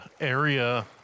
area